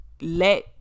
let